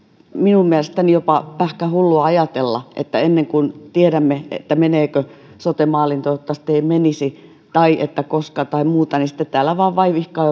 minun mielestäni jopa pähkähullua ajatella että ennen kuin tiedämme meneekö sote maaliin toivottavasti ei menisi tai koska tai muuta niin sitten täällä vain vaivihkaa